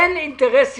אין אינטרס אישי,